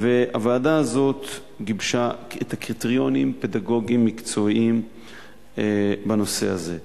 הוועדה הזאת גיבשה את הקריטריונים הפדגוגיים המקצועיים בנושא הזה.